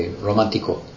romántico